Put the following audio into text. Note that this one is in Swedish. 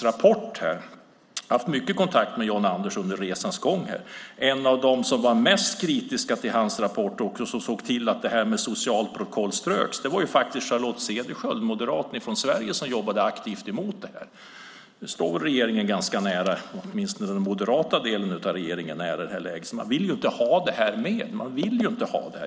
Jag har haft mycket kontakt med Jan Andersson under resans gång. En av dem som var mest kritiska till hans rapport och som såg till att detta med ett socialt protokoll ströks var faktiskt Charlotte Cederschiöld, moderaten från Sverige. Hon jobbade aktivt mot detta. Hon står väl regeringen ganska nära, åtminstone den moderata delen av regeringen? Man vill inte ha detta med.